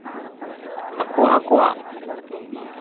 ᱟᱠᱚ ᱟᱠᱚᱣᱟᱜ